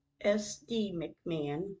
S-D-McMahon